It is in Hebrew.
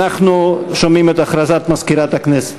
הודעה למזכירת הכנסת.